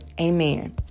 Amen